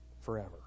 forever